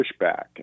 pushback